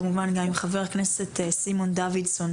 כמובן גם עם חבר הכנסת סימון דוידסון,